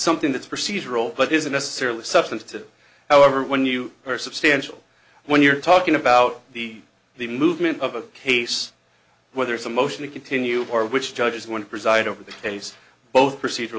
something that's procedural but isn't necessarily substantive however when you are substantial when you're talking about the the movement of a case whether it's a motion to continue or which judges one preside over and he's both procedur